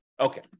okay